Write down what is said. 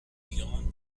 beyond